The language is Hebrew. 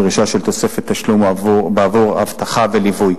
דרישה של תוספת תשלום בעבור אבטחה וליווי.